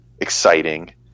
exciting